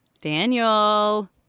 daniel